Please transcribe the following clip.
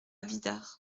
bidart